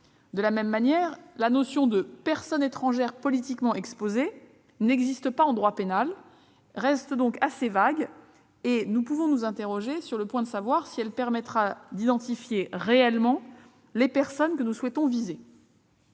De la même manière, la notion de « personnes étrangères politiquement exposées » n'existe pas en droit pénal ; elle reste donc assez vague, et nous pouvons nous demander si elle permettra d'identifier réellement les personnes que nous souhaitons viser.